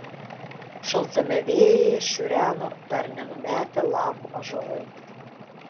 šaltame vėjyje šiureno dar nenumetę lapų ąžuolai